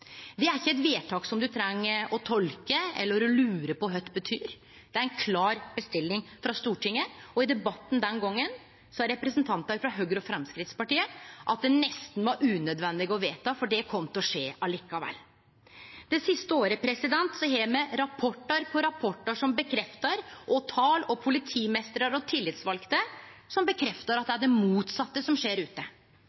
Det er ikkje eit vedtak som ein treng å tolke eller lure på kva betyr, det er ei klar bestilling frå Stortinget. I debatten den gongen sa representantar frå Høgre og Framstegspartiet at det nesten var unødvendig å vite, for det kom til å skje likevel. Det siste året har me rapport på rapport som bekreftar, og tal og politimeistrar og tillitsvalde som bekreftar, at det